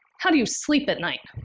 how do you sleep at night?